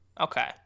Okay